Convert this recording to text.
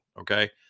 Okay